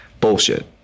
Bullshit